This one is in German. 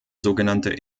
sogenannte